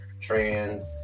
trans